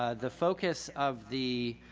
ah the focus of the